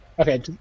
Okay